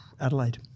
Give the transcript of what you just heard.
Adelaide